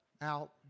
Now